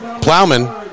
Plowman